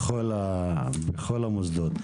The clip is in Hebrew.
בכל המוסדות.